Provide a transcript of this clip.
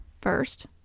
First